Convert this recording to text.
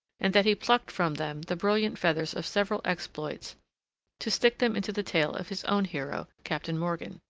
and that he plucked from them the brilliant feathers of several exploits to stick them into the tail of his own hero, captain morgan.